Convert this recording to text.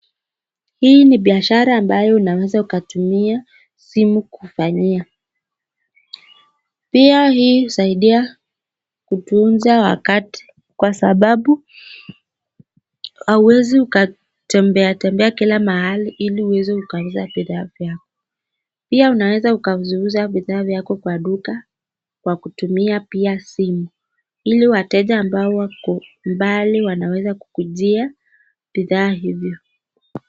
Hii ni biashara ambayo unaweza ukatumia simu kufanyia. Pia hii husaidia kutunza wakati kwa sababu hauwezi ukatembea tembea kila mahali ili uweze ukauza bidhaa vyako. Pia unaweza ukaziuza bidhaa vyako kwa duka kwa kutumia pia simu ili wateja ambao wako mbali wanaweza kukujia bidhaa hivyo.